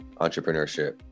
entrepreneurship